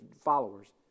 followers